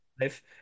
life